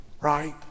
right